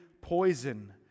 poison